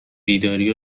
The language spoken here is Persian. بیداری